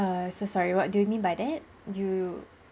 err so sorry what do you mean by that you